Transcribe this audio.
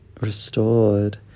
restored